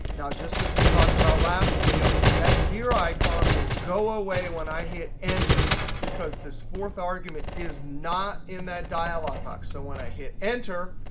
now just as we talked about last video, that gear icon will go away and when i hit enter because this fourth argument is not in that dialog box. so when i hit enter,